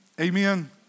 Amen